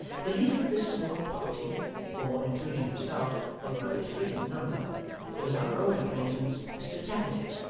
the leader of this small party for, including himself, they were but three in number was our old acquaintance, mr tappertit,